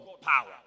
power